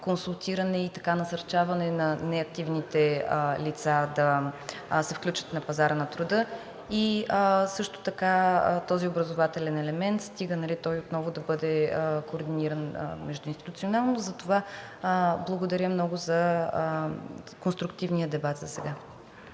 консултиране и насърчаване на неактивните лица да се включат на пазара на труда; също така този образователен елемент, стига той отново да бъде координиран междуинституционално. Затова благодаря много за конструктивния дебат засега.